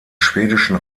schwedischen